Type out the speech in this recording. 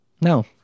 No